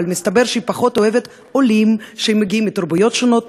אבל מסתבר שהיא פחות אוהבת עולים שמגיעים מתרבויות שונות,